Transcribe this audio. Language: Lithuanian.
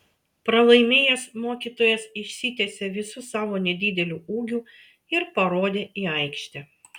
pralaimėjęs mokytojas išsitiesė visu savo nedideliu ūgiu ir parodė į aikštę